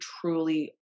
truly